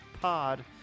pod